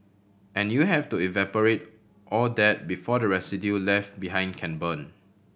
and you have to evaporate all that before the residue left behind can burn